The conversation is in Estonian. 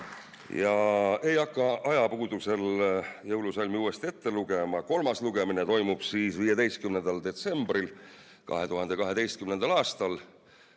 Ma ei hakka ajapuuduse tõttu jõulusalmi uuesti ette lugema. Kolmas lugemine toimub 15. detsembril 2022. aastal.